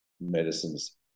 medicines